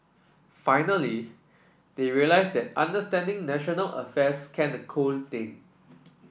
finally they realise that understanding national affairs can a cool thing